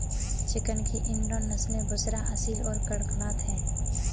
chicken की Indian नस्लें बुसरा, असील और कड़कनाथ हैं